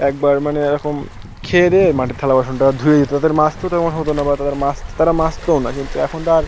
একবার মানে এ রকম খেয়েদেয়ে মাটির থালা বাসনটা ধুয়ে দিত তাদের মাজতেও তেমন হতো না বা তাদের মাজতে তারা মাজত না কিন্তু এখন তো আর